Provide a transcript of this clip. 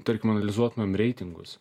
tarkim analizuotumėm reitingus